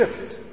shift